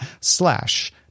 slash